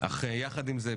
אך יחד עם זה,